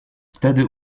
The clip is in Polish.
wtedy